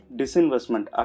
disinvestment